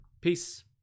Peace